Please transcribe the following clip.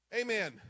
Amen